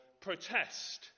protest